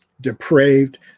depraved